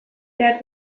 behar